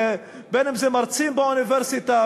אם מרצים באוניברסיטה,